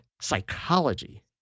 psychology